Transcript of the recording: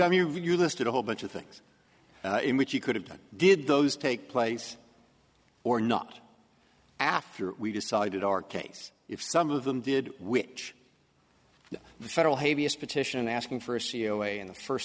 hear you listed a whole bunch of things in which you could have done did those take place or not after we decided our case if some of them did which the federal habeas petition asking for a c e o way in the first